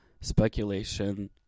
speculation